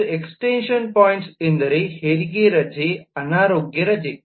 ಒಂದು ವಿಸ್ತರಣೆಯ ಅಂಶವೆಂದರೆ ಹೆರಿಗೆ ರಜೆ ಅನಾರೋಗ್ಯ ರಜೆ